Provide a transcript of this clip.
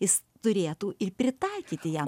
jis turėtų ir pritaikyti ją